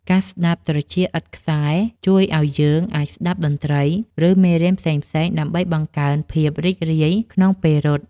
កាសស្ដាប់ត្រចៀកឥតខ្សែជួយឱ្យយើងអាចស្ដាប់តន្ត្រី ឬមេរៀនផ្សេងៗដើម្បីបង្កើនភាពរីករាយក្នុងពេលរត់។